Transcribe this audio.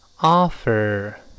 offer